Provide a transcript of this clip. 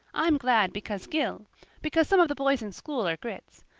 i'm glad because gil because some of the boys in school are grits.